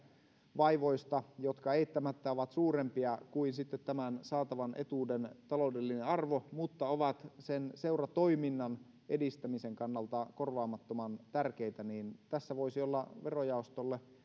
vaivoista jotka eittämättä ovat suurempia kuin tämän saatavan etuuden taloudellinen arvo mutta ovat sen seuratoiminnan edistämisen kannalta korvaamattoman tärkeitä tässä voisi olla verojaostolle